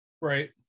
right